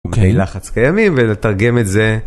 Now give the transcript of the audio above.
אוקיי לחץ קיימים ולתרגם את זה.